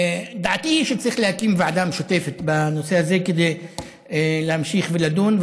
דעתי היא שצריך להקים ועדה משותפת בנושא הזה כדי להמשיך ולדון,